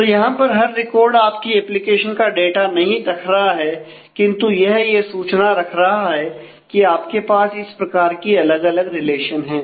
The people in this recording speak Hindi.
तो यहां पर हर रिकॉर्ड आपकी एप्लीकेशन का डाटा नहीं रख रहा है किंतु यह ये सूचना रख रहा है कि आपके पास इस प्रकार की अलग अलग रिलेशन है